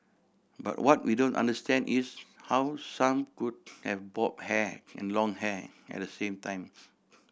but what we don't understand is how some could have bob hair and long hair at the same time